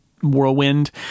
whirlwind